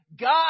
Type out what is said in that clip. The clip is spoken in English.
God